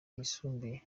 yisumbuye